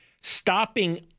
stopping